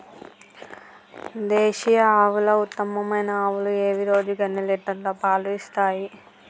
దేశీయ ఆవుల ఉత్తమమైన ఆవులు ఏవి? రోజుకు ఎన్ని లీటర్ల పాలు ఇస్తాయి?